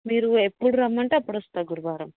మీరు ఎప్పుడు రమ్మంటే అప్పుడు వస్తా గురువారం